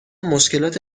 مشکلات